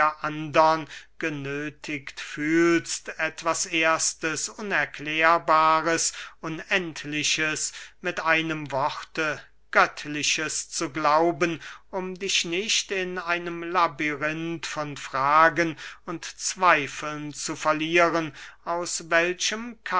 genöthigt fühlst etwas erstes unerklärbares unendliches mit einem worte göttliches zu glauben um dich nicht in einem labyrinth von fragen und zweifeln zu verlieren aus welchem